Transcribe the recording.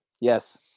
yes